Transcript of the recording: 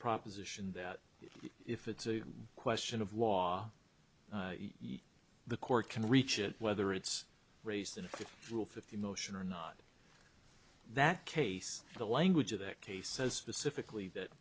proposition that if it's a question of law the court can reach it whether it's raised to rule fifty motion or not that case the language of that case says the civically that